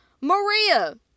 Maria